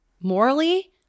morally